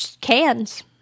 cans